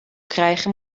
krijgen